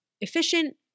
efficient